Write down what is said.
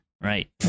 right